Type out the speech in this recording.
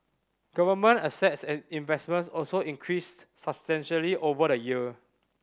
government assets and investments also increased substantially over the year